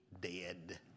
dead